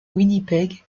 winnipeg